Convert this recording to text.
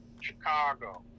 Chicago